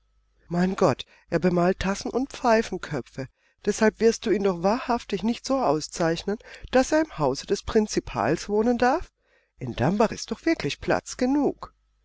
mein gott er bemalt tassen und pfeifenköpfe deshalb wirst du ihn doch wahrhaftig nicht so auszeichnen daß er im hause des prinzipals wohnen darf in dambach ist doch wirklich platz genug